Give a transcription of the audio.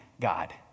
God